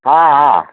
ହଁ ହଁ